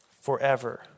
forever